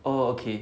oh okay